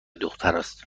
دختراست